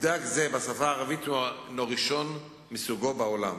מבדק זה בשפה הערבית הוא הראשון מסוגו בעולם.